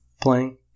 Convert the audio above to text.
playing